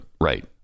Right